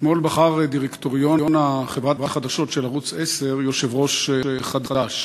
אתמול בחר דירקטוריון חברת החדשות של ערוץ 10 יושב-ראש חדש.